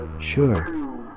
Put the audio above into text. Sure